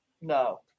No